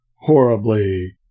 horribly